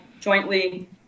jointly